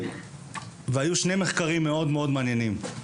הוצגו שני מחקרים מעניינים מאוד,